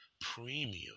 premium